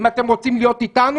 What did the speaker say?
אם אתם רוצים להיות איתנו,